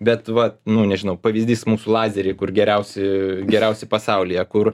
bet vat nu nežinau pavyzdys mūsų lazeriai kur geriausi geriausi pasaulyje kur